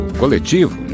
coletivo